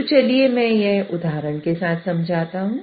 तो चलिए मैं यह उदाहरण के साथ समझाता हूं